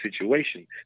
situation